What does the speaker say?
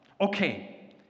Okay